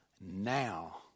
now